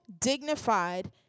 dignified